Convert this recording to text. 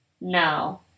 No